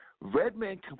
Redman